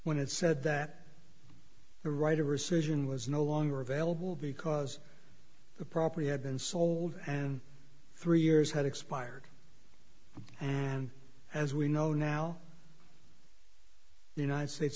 when it said that the right of rescission was no longer available because the property had been sold and three years had expired and as we know now the united states